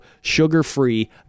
sugar-free